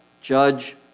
judge